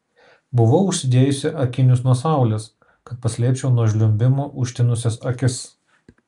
buvau užsidėjusi akinius nuo saulės kad paslėpčiau nuo žliumbimo užtinusias akis